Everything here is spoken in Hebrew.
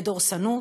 בדורסנות,